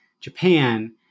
Japan